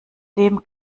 dem